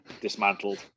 dismantled